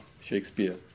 Shakespeare